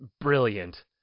Brilliant